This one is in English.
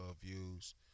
views